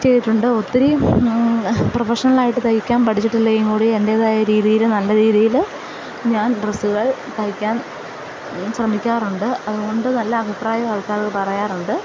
ചെയ്തിട്ടുണ്ട് ഒത്തിരി പ്രൊഫഷണലായിട്ട് തയ്ക്കാൻ പഠിച്ചിട്ടില്ലെങ്കില്ക്കൂടി എൻ്റെതായ രീതിയില് നല്ല രീതിയില് ഞാൻ ഡ്രസ്സുകൾ തയ്ക്കാൻ ശ്രമിക്കാറുണ്ട് അതുകൊണ്ട് നല്ല അഭിപ്രായം ആൾക്കാർ പറയാറുണ്ട്